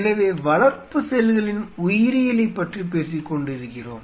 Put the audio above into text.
எனவே வளர்ப்பு செல்களின் உயிரியலைப் பற்றிப் பேசிக்கொண்டு இருக்கிறோம்